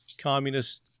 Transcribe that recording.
communist